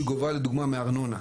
שהיא גובה לדוגמה מהארנונה.